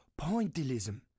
pointillism